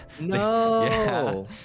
No